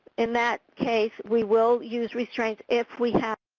in that case, we will use restraints if we have